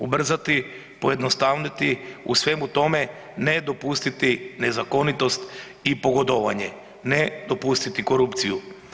Ubrzati, pojednostaviti u svemu tome ne dopustiti nezakonitost i pogodovanje, ne dopustiti korupciju.